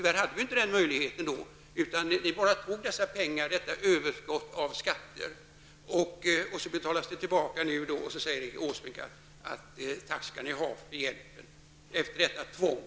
Vi hade tyvärr inte den möjligheten. Ni bara tog dessa pengar, detta överskott av skatter. Det betalas nu tillbaka, och efter detta tvång säger Erik Åsbrink: Tack skall ni ha för hjälpen.